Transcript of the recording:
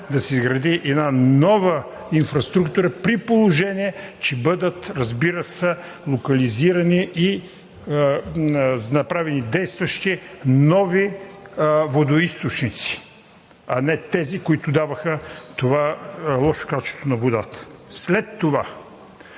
да се изгради една нова инфраструктура, при положение че бъдат, разбира се, локализирани и направени действащи нови водоизточници, а не тези, които даваха това лошо качество на водата. След това